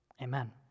amen